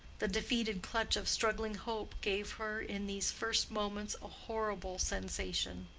the defeated clutch of struggling hope gave her in these first moments a horrible sensation.